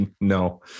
No